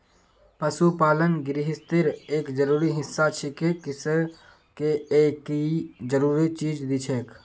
पशुपालन गिरहस्तीर एक जरूरी हिस्सा छिके किसअ के ई कई जरूरी चीज दिछेक